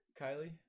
Kylie